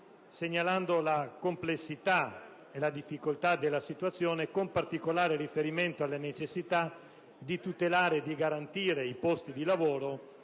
segnalando la complessità e la difficoltà della situazione, con particolare riferimento alla necessità di tutelare e garantire i posti di lavoro,